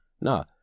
No